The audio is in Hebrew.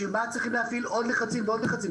בשביל מה צריכים להפעיל עוד לחצים ועוד לחצים?